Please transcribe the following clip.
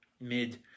mid